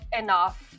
enough